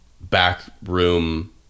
backroom